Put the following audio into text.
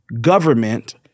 government